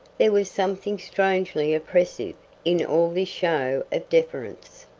there was something strangely oppressive in all this show of deference.